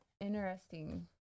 interesting